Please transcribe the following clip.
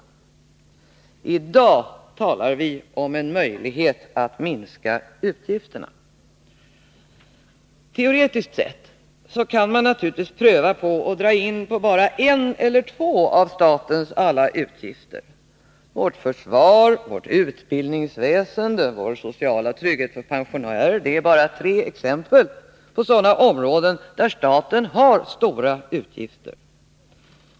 I dag talar vi om en möjlighet att minska utgifterna. Teoretiskt sett kan vi naturligtvis pröva på att dra in på bara en eller två av statens alla utgifter. Vårt försvar, vårt utbildningsväsende, vår sociala trygghet för pensionärer — det är bara tre exempel på sådana områden där staten har stora utgifter.